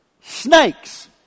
snakes